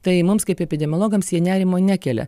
tai mums kaip epidemiologams jie nerimo nekelia